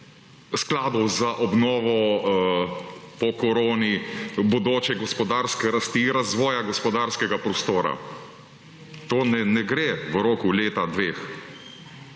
skladov za obnovo po koroni, bodoče gospodarske rasti, razvoja gospodarskega prostora, to ne gre v roku leta, dveh.